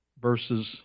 verses